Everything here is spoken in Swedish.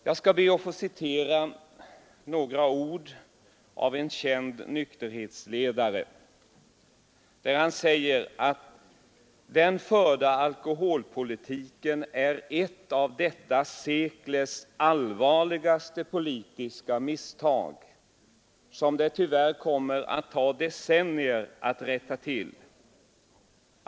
Jag skall be att få citera några ord av en känd nykterhetsledare: ”Den ——— förda alkoholpolitiken är ett av detta sekels allvarligaste politiska misstag, som det tyvärr kommer att ta decennier att rätta till.